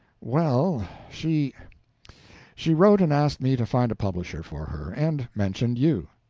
well, she she wrote and asked me to find a publisher for her, and mentioned you.